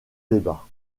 débats